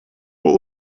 what